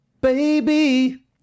Baby